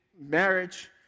marriage